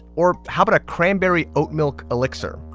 or how about a cranberry oat milk elixir?